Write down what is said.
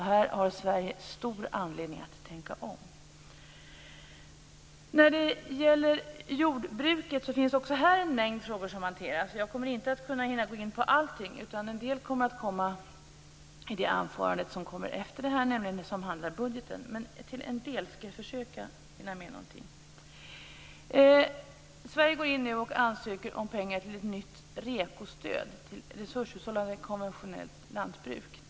Här har Sverige stor anledning att tänka om. När det gäller jordbruket hanteras även här en stor mängd frågor i betänkandet. Jag kommer inte att kunna hinna gå in på allt, utan en del kommer jag att ta upp i anförandet under nästa avsnitt som handlar om budgeten. Sverige ansöker nu om pengar till ett nytt REKO stöd, resurshushållande konventionellt lantbruk.